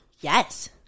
Yes